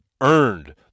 earned